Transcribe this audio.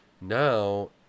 now